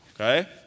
okay